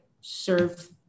serve